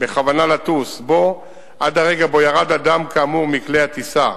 בכוונה לטוס בו עד הרגע שבו ירד אדם כאמור מכלי הטיסה,